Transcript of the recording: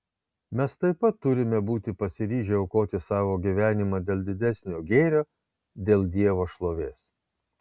mes taip pat turime būti pasiryžę aukoti savo gyvenimą dėl didesnio gėrio dėl dievo šlovės